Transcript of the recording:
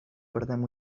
perdem